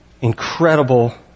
incredible